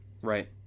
Right